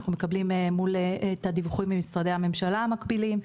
אנחנו מקבלים את הדיווחים ממשרדי הממשלה המקבילים,